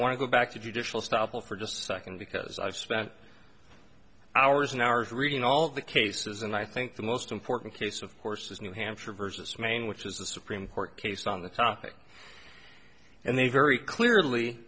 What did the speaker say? want to go back to judicial stoppel for just a second because i've spent hours and hours reading all the cases and i think the most important case of course is new hampshire versus maine which is the supreme court case on the topic and they very clearly